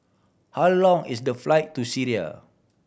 how long is the flight to Syria